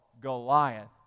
Goliath